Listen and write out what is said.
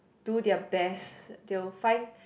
do their best they will find